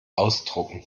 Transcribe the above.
ausdrucken